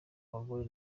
bagore